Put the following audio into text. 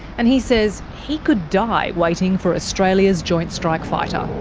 and he says he could die waiting for australia's joint strike fighter.